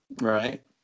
Right